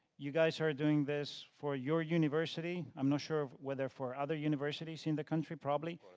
you guys are doing this for your university. i'm not sure whether for other universities in the country, probably,